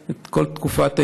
את כל תקופת ההתיישנות,